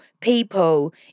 people